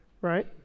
right